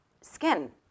skin